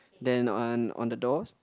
then on on the doors